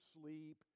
sleep